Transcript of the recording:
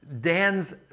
Dan's